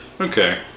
Okay